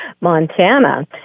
Montana